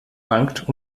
bangt